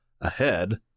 ahead